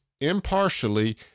impartially